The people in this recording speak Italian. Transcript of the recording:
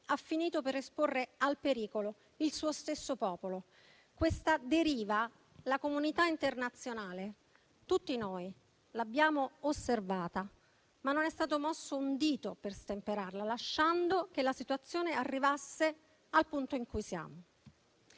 ha finito per esporre al pericolo il suo stesso popolo. La comunità internazionale, tutti noi abbiamo osservato questa deriva, ma non è stato mosso un dito per stemperarla, lasciando che la situazione arrivasse al punto in cui siamo.